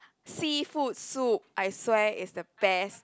seafood soup I swear it's the best